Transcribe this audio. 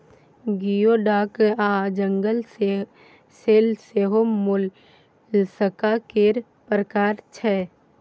गियो डक आ jingle shell सेहो मोलस्का केर प्रकार छै